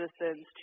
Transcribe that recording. citizens